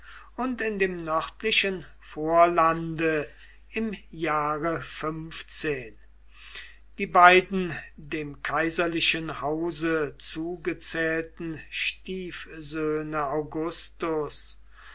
und in dem nördlichen vorlande im jahre die beiden dem kaiserlichen hause zugezählten stiefsöhne augusts